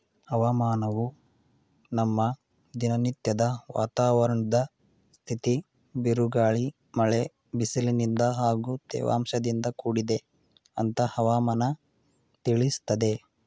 ಹವಾಮಾನವು ನಮ್ಮ ದಿನನತ್ಯದ ವಾತಾವರಣದ್ ಸ್ಥಿತಿ ಬಿರುಗಾಳಿ ಮಳೆ ಬಿಸಿಲಿನಿಂದ ಹಾಗೂ ತೇವಾಂಶದಿಂದ ಕೂಡಿದೆ ಅಂತ ಹವಾಮನ ತಿಳಿಸ್ತದೆ